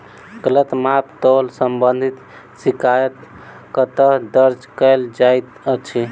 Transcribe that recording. गलत माप तोल संबंधी शिकायत कतह दर्ज कैल जाइत अछि?